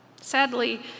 Sadly